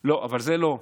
לא, אבל זה לא.